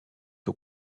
aux